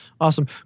Awesome